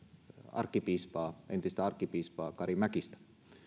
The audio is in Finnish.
entistä arkkipiispaa kari mäkistä